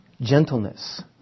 gentleness